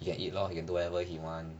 he can eat lor he can do whatever you want